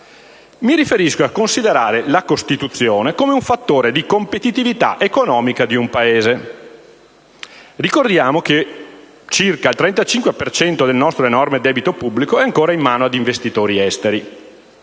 Mi riferisco al considerare la Costituzione come un fattore di competitività economica di un Paese. Ricordiamo che circa il 35 per cento del nostro enorme debito pubblico è ancora in mano ad investitori esteri.